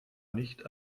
nicht